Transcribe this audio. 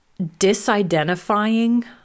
disidentifying